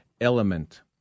element